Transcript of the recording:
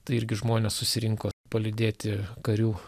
tai irgi žmonės susirinko palydėti karių